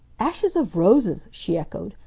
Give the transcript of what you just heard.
ashes of roses! she echoed.